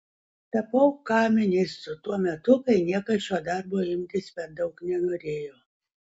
tapau ka ministru tuo metu kai niekas šio darbo imtis per daug nenorėjo